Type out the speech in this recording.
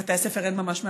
בבתי הספר אין ממש מאבטחים,